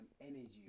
energy